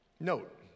Note